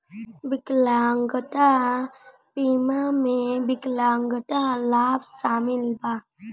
विकलांगता बीमा में विकलांगता लाभ शामिल बा